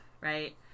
right